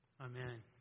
Amen